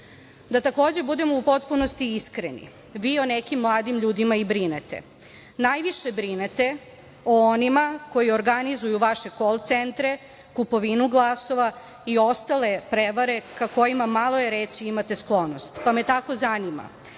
takođe budemo u potpunosti iskreni, vi o nekim mladim ljudima i brinete, najviše brinete o onima koji organizuju vaše kol centre, kupovinu glasova i ostale prevare ka kojima malo je reći imate sklonost. Pa, me tako zanima,